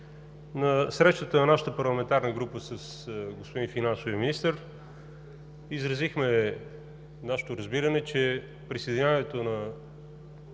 на срещата на нашата парламентарна група с господин финансовия министър изразихме нашето разбиране, че присъединяването на